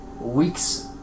weeks